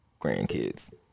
grandkids